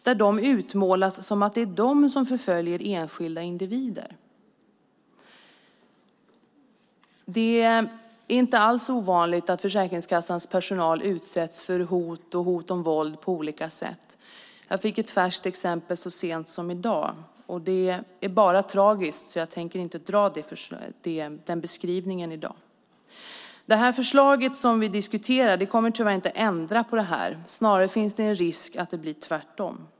Det utmålas som att det är de som förföljer enskilda individer. Det är inte alls ovanligt att Försäkringskassans personal utsätts för hot och hot om våld på olika sätt. Jag fick ett färskt exempel så sent som i dag. Det är bara tragiskt, så jag tänker inte dra någon beskrivning av det i dag. Det förslag som vi nu diskuterar kommer tyvärr inte att ändra på detta. Snarare finns det en risk för att det förvärrar situationen.